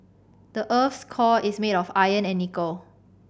the earth's core is made of iron and nickel